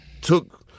took